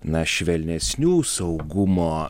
na švelnesnių saugumo